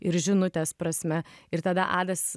ir žinutės prasme ir tada adas